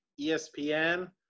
ESPN